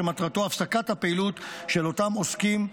שמטרתו הפסקת הפעילות של אותם עוסקים,